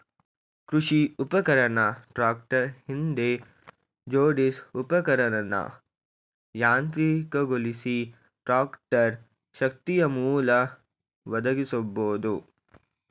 ಕೃಷಿ ಉಪಕರಣ ಟ್ರಾಕ್ಟರ್ ಹಿಂದೆ ಜೋಡ್ಸಿ ಉಪಕರಣನ ಯಾಂತ್ರಿಕಗೊಳಿಸಿ ಟ್ರಾಕ್ಟರ್ ಶಕ್ತಿಯಮೂಲ ಒದಗಿಸ್ಬೋದು